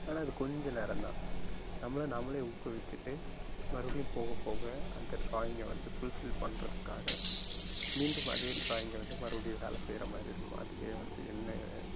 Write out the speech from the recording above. ஆனால் இது கொஞ்சம் நேரம் தான் நம்மளை நாமளே ஊக்குவிச்சிட்டு மறுபடியும் போகப் போக அந்த டிராயிங்கை வந்து ஃபுல்ஃபில் பண்றதுக்காக மீண்டும் அதே டிராயிங்கை வந்து மறுபடியும் வேலை செய்கிற மாதிரி இருக்கும் அதுலேயே வந்து என்ன